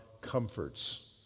comforts